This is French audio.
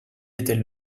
était